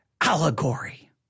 allegory